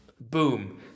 Boom